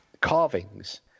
carvings